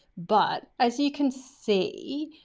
but as you can see